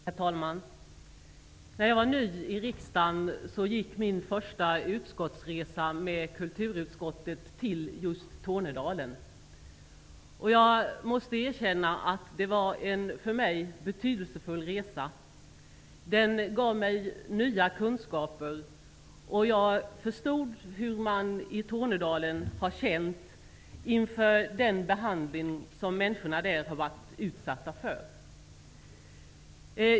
Herr talman! När jag var ny i riksdagen gick min första utskottsresa med kulturutskottet till just Tornedalen. Jag måste erkänna att det för mig var en betydelsefull resa. Den gav mig nya kunskaper. Jag förstod hur människorna i Tornedalen har känt inför den behandling som de har varit utsatta för.